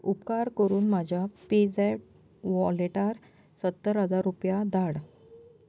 उपकार करून म्हज्या पेझॅप वॉलेटांत सत्तर हजार रुपया धाड